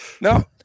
No